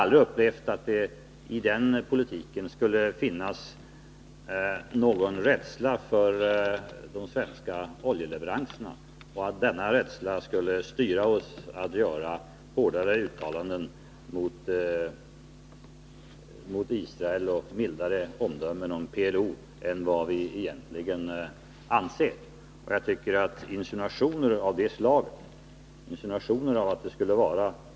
Insinuationer om att det skulle vara denna typ av ekonomiska intressen som styr den svenska utrikespolitiken är inte särskilt angenäma att höra. Den svenska Mellersta Östern-politiken är densamma nu som under en lång period av år — möjligen med den skillnaden att det nu finns ett hårdare engagemang för den israeliska saken.